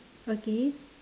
okay